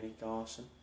Garson